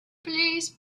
please